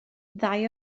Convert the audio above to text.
ddau